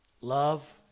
love